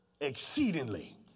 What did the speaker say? Exceedingly